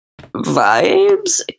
vibes